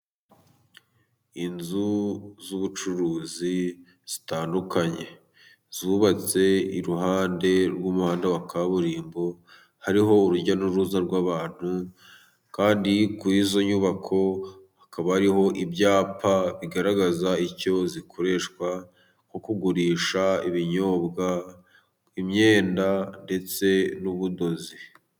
Inzu z'ubucuruzi zitandukanye. Zubatse iruhande rw'umuhanda wa kaburimbo. Hariho urujya n'uruza rw'abantu, kandi kuri izo nyubako hakaba hariho ibyapa bigaragaza icyo zikoreshwa. Nko kugurisha ibinyobwa, imyenda, ndetse n'ubudozi.